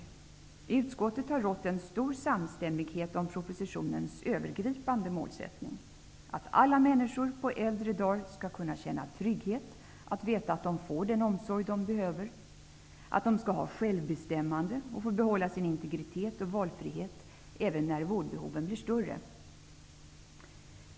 Det har i utskottet rått en stor samstämmighet om propositionens övergripande målsättning, dvs. att alla människor på äldre dagar skall kunna känna trygghet och veta att de får den omsorg de behöver, och att de skall ha självbestämmande och få behålla sin integritet och valfrihet även när behoven blir större.